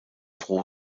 pro